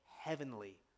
heavenly